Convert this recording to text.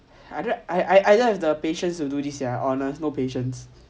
I don't I don't have the patience to do this sia like honest no patience